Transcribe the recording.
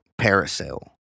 parasail